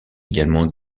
également